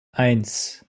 eins